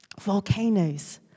volcanoes